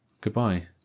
goodbye